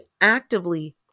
actively